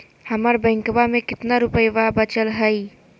हमर बैंकवा में कितना रूपयवा बचल हई?